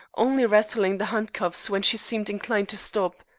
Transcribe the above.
only rattling the handcuffs when she seemed inclined to stop.